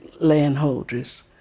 landholders